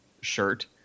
shirt